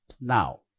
now